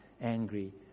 angry